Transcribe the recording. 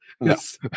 Yes